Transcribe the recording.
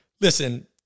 listen